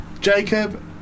Jacob